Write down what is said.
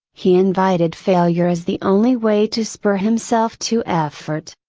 he invited failure as the only way to spur himself to effort.